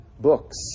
books